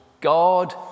God